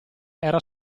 era